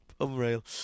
unreal